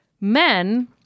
Men